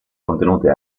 contenute